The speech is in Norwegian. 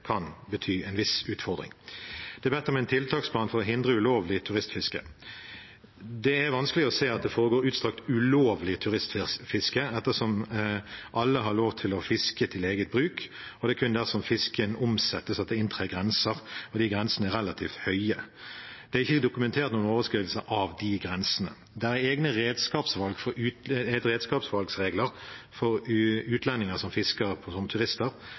bedt om en tiltaksplan for å hindre ulovlig turistfiske. Det er vanskelig å se at det foregår utstrakt ulovlig turistfiske, ettersom alle har lov til å fiske til eget bruk, og det er kun dersom fisken omsettes, at det inntrer grenser, og de grensene er relativt høye. Det er ikke dokumentert noen overskridelse av de grensene. Det er egne redskapsvalgregler for utlendinger som fisker som turister. For en del år tilbake ble det dokumentert en del brudd på